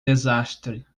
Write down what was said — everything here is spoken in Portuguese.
desastre